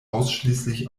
ausschließlich